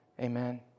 Amen